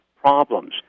problems